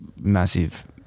massive